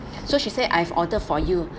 so she say I've order for you